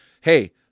Hey